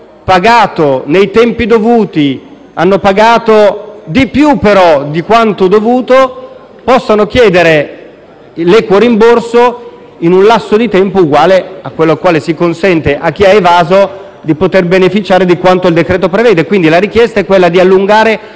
che, invece, hanno pagato di più e nei tempi dovuti di richiedere l'equo rimborso in un lasso di tempo uguale a quello al quale si consente a chi ha evaso di poter beneficiare di quanto il decreto prevede. Quindi, la richiesta è quella di prorogare